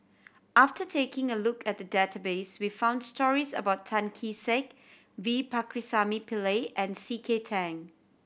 after taking a look at the database we found stories about Tan Kee Sek V Pakirisamy Pillai and C K Tang